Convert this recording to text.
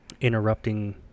interrupting